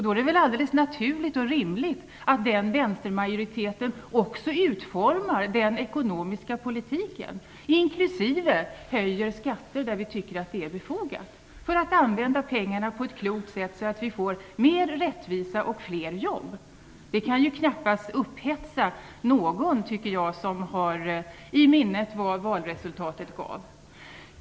Då är det väl både naturligt och rimligt att den vänstermajoriteten också utformar den ekonomiska politiken, inklusive höjer skatter där det är befogat, detta för att använda pengarna på ett klokt sätt för att skapa mer rättvisa och fler jobb, något som knappast kan upphetsa någon som har i minnet vad valresultatet gav.